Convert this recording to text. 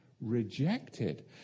rejected